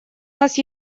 нас